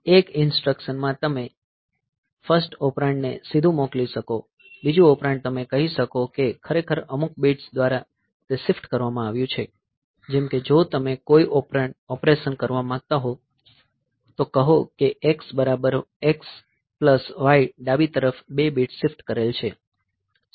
એક ઈન્સ્ટ્રકશન માં તમે ફર્સ્ટ ઓપરેન્ડ ને સીધું મોકલી શકો બીજું ઓપરેન્ડ તમે કહી શકો કે ખરેખર અમુક બિટ્સ દ્વારા તે શિફ્ટ કરવામાં આવ્યું છે જેમ કે જો તમે કોઈ ઑપરેશન કરવા માંગતા હોવ તો કહો કે x બરાબર x પ્લસ y ડાબી તરફ 2 બિટ્સ શિફ્ટ કરેલ છે